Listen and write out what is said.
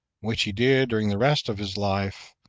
which he did during the rest of his life,